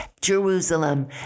Jerusalem